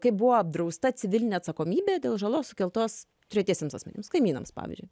kai buvo apdrausta civilinė atsakomybė dėl žalos sukeltos tretiesiems asmenims kaimynams pavyzdžiui